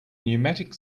pneumatic